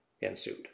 ensued